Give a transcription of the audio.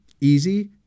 easy